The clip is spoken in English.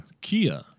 Kia